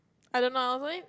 I don't know ah